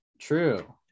True